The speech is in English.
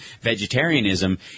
vegetarianism